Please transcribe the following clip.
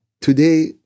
today